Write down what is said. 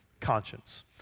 conscience